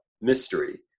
mystery